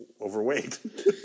overweight